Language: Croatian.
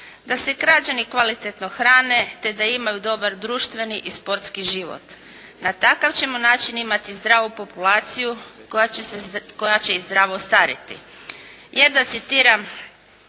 da se građani kvalitetno hrane te da imaju dobar društveni i sportski život. Na takav ćemo način imati zdravu populaciju koja će i zdravo stariti. Je da citiram